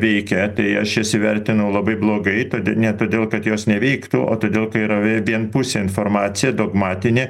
veikia tai aš jas įvertinau labai blogai tad ne todėl kad jos neveiktų o todėl kai yra vienpusė informacija dogmatinė